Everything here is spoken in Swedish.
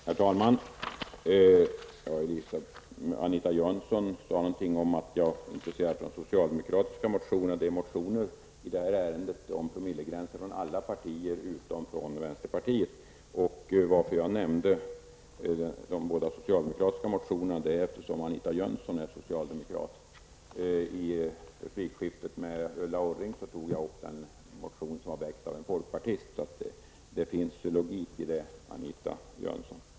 Herr talman! Anita Jönsson sade att jag är intresserad av socialdemokratiska motioner. Det finns i detta ärende motioner om promillegränser från alla partier utom från vänsterpartiet. Jag nämnde de båda socialdemokratiska motionerna eftersom Anita Jönsson är socialdemokrat. I replikskiftet med Ulla Orring tog jag upp den motion som var väckt av en folkpartist. Det finns logik i det, Anita Jönsson.